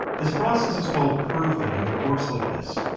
this process is called curve fitting and it works like this.